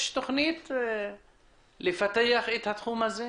יש תכנית לפתח את התחום הזה?